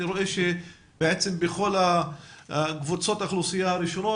אני רואה שבכל קבוצות האוכלוסייה הראשונות,